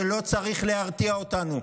זה לא צריך להרתיע אותנו.